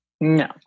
No